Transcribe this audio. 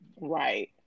Right